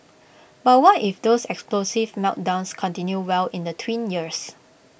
but what if those explosive meltdowns continue well in the tween years